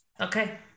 Okay